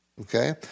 Okay